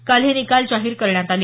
काल हे निकाल जाहीर करण्यात आले